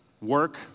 work